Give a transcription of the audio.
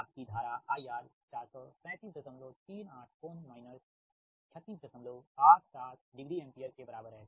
आपकी धारा IR 43738 कोण माइनस 3687 डिग्री एम्पीयर के बराबर है